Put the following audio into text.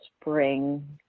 spring